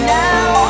now